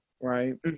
Right